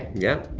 yup.